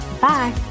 Bye